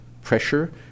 pressure